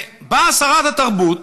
באה שרת התרבות